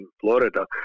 Florida